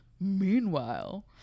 meanwhile